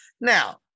now